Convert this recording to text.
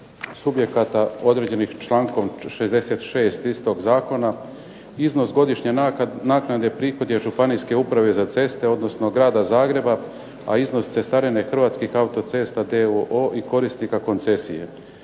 subjekata određenih člankom 66. istog zakona, iznos godišnje naknade prihod je županijske uprave za ceste odnosno grada Zagreba, a iznos cestarine Hrvatskih autocesta d.o.o. i korisnika koncesije.